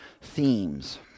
themes